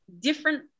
different